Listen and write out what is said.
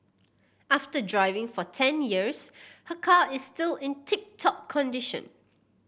after driving for ten years her car is still in tip top condition